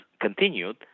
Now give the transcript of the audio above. continued